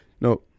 No